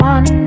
One